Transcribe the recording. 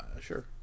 Sure